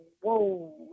whoa